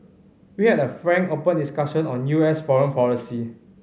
we had a frank open discussion on U S foreign policy